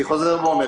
אני חוזר ואומר,